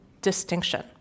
distinction